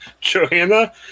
Johanna